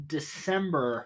December